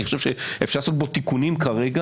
אני חושב שאפשר לעשות בו תיקונים כרגע,